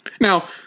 Now